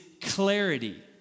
clarity